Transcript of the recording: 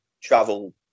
travel